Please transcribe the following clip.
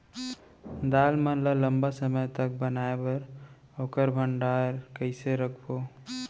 दाल मन ल लम्बा समय तक बनाये बर ओखर भण्डारण कइसे रखबो?